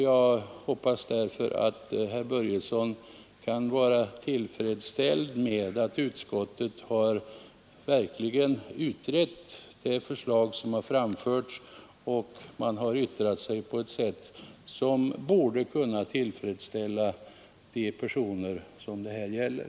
Jag hoppas därför att herr Börjesson kan vara tillfredsställd med att utskottet verkligen har utrett det förslag som framförts och har yttrat sig på ett sätt som borde kunna tillfredsställa de personer som det här gäller.